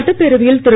சட்டப்பேரவையில் திரு